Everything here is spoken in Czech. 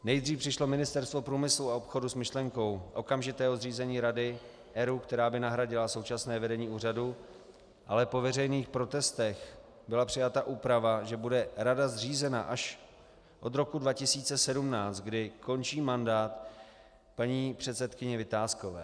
Nejdřív přišlo Ministerstvo průmyslu a obchodu s myšlenkou okamžitého zřízení rady ERÚ, která by nahradila současné vedení úřadu, ale po veřejných protestech byla přijata úprava, že bude rada zřízena až od roku 2017, kdy končí mandát paní předsedkyni Vitáskové.